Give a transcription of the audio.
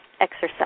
exercise